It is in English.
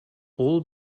all